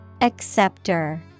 Acceptor